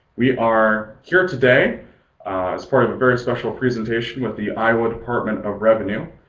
we are here today as part of a very special presentation with the iowa department of revenue,